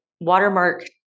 watermark